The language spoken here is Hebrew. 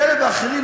כאלה ואחרים,